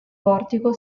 portico